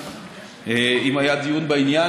אם היה דיון בעניין,